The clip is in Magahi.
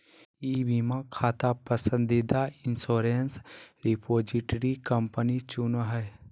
ई बीमा खाता पसंदीदा इंश्योरेंस रिपोजिटरी कंपनी चुनो हइ